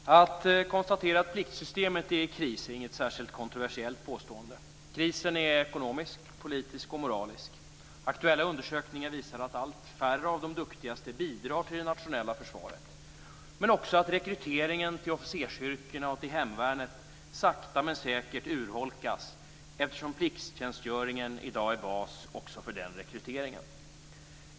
Fru talman! Att konstatera att pliktsystemet är i kris är inget särskilt kontroversiellt påstående. Krisen är ekonomisk, politisk och moralisk. Aktuella undersökningar visar att allt färre av de duktigaste bidrar till det nationella försvaret, men också att rekryteringen till officersyrkena och till hemvärnet sakta men säkert urholkas eftersom plikttjänstgöringen i dag är bas också för den rekryteringen.